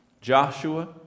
Joshua